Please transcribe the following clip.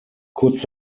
kurz